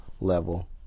level